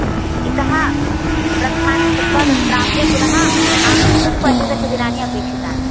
इतः प्रस्थानं कृत्वा तत्प्राप्य पुनः आगन्तुं पञ्चदशदिनानि अपेक्षितानि